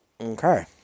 Okay